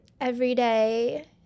everyday